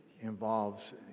involves